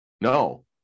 No